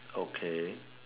okay